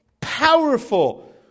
powerful